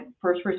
first